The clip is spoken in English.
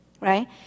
right